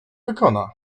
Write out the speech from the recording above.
wykona